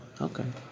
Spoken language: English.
Okay